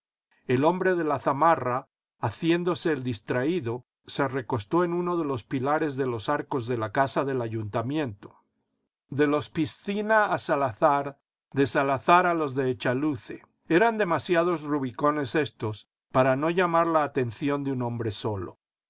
el hombre de la zamarra haciéndose el distraído se recostó en uno de los pilares de los arcos de la casa del ayuntamiento de los piscina a salazar de salazar a los de echaluce eran demasiado rubicones éstos para no llamar la atención de un hombre solo